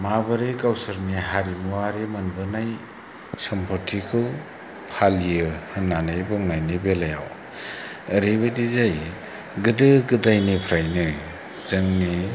माबोरै गावसोर हारिमुवारि मोनबोनाय सम्प'थिखौ फालियो होननानै बुंनायनि बेलायाव ओरैबायदि जायो गोदो गोदायनिफ्रायनो जोंनि